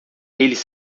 eles